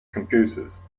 computers